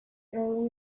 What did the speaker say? early